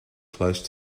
close